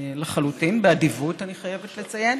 לחלוטין, באדיבות, אני חייבת לציין,